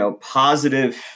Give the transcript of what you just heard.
positive